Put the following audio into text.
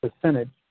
percentage